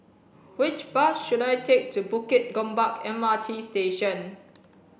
which bus should I take to Bukit Gombak M R T Station